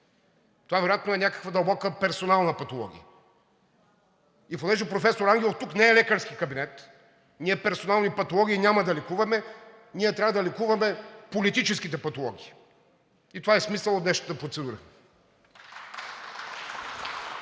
Това вероятно е някаква дълбока персонална патология. И понеже, професор Ангелов, тук не е лекарски кабинет, персонални патологии няма да лекуваме, ние трябва да лекуваме политическите патологии, и това е смисълът от днешната процедура.